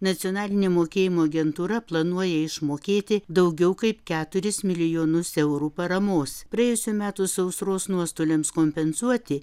nacionalinė mokėjimo agentūra planuoja išmokėti daugiau kaip keturis milijonus eurų paramos praėjusių metų sausros nuostoliams kompensuoti